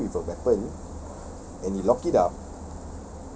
he he came with a weapon and he lock it up